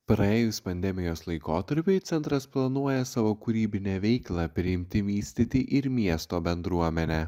praėjus pandemijos laikotarpiui centras planuoja savo kūrybinę veiklą priimti vystyti ir miesto bendruomenę